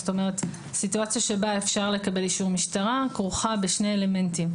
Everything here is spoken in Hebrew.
זאת אומרת סיטואציה שבה אפשר לקבל אישור משטרה כרוכה בשני אלמנטים,